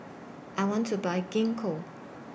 I want to Buy Gingko